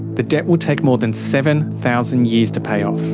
the debt will take more than seven thousand years to pay off.